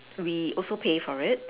we also pay for it